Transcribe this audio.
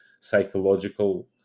psychological